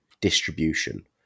distribution